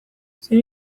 zein